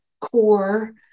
core